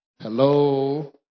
Hello